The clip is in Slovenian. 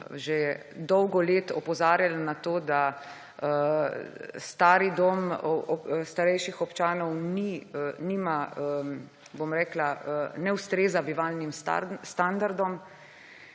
že dolgo let opozarjala na to, da stari dom starejših občanov ne ustreza bivalnim standardom